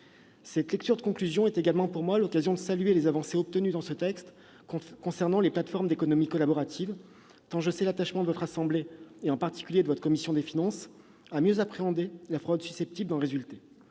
mixte paritaire est également pour moi l'occasion de saluer les avancées obtenues dans ce texte concernant les plateformes d'économie collaborative. Je sais l'attachement de votre assemblée, en particulier de votre commission des finances, à une meilleure appréhension de la fraude susceptible d'en résulter.